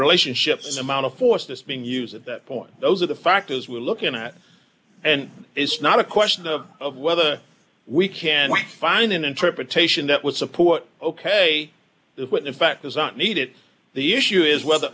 relationship with the amount of force being used at that point those are the factors we're looking at and it's not a question of whether we can find an interpretation that would support ok with the fact is not needed the issue is whether